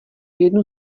jednu